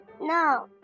No